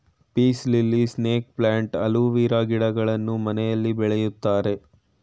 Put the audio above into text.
piece lily, snake plant, aloe vera ಗಿಡಗಳನ್ನು ಮನೆಯಲ್ಲಿ ಬೆಳಿತಾರೆ